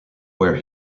where